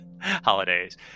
holidays